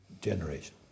generation